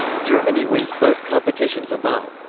germany wins both competitions above.